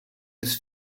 his